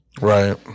Right